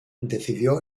decidió